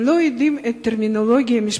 הם לא יודעים את הטרמינולוגיה המשפטית.